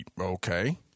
Okay